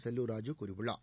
செல்லூர் ராஜூ கூறியுள்ளார்